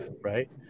right